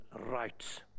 rights